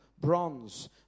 bronze